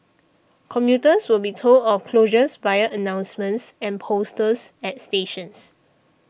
commuters will be told of the closures via announcements and posters at stations